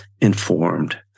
informed